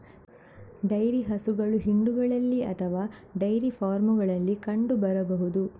dairy ಹಸುಗಳು ಹಿಂಡುಗಳಲ್ಲಿ ಅಥವಾ ಡೈರಿ ಫಾರ್ಮುಗಳಲ್ಲಿ ಕಂಡು ಬರಬಹುದು